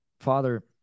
Father